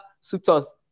suitors